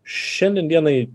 šiandien dienai